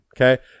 okay